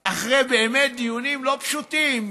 אחרי דיונים באמת לא פשוטים,